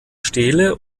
stele